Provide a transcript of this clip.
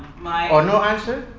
my ah no answer?